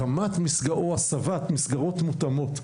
הקמה או הסבה של מסגרות מותאמות,